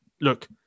look